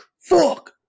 Fuck